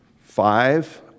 five